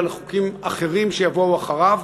אלא מהחוקים אחרים שיבואו אחריו,